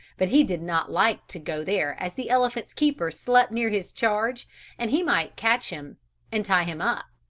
but he did not like to go there as the elephant's keeper slept near his charge and he might catch him and tie him up.